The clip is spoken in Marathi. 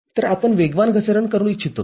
तरआपण वेगवान घसरण करू इच्छितो